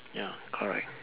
ya correct